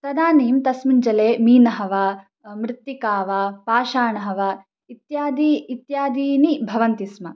तदानीं तस्मिन् जले मीनाः वा मृत्तिका वा पाषाणः वा इत्यादयः इत्यादीनि भवन्ति स्म